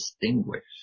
distinguish